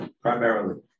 primarily